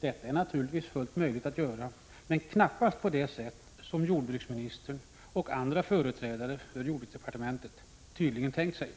Detta är naturligtvis fullt möjligt att göra, men knappast på det sätt som jordbruksministern och andra företrädare för jordbruksdepartementet tydligen har tänkt sig.